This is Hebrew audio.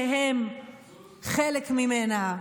שהם חלק ממנה.